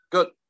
Good